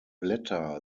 blätter